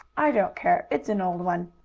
i don't care, it's an old one.